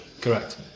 Correct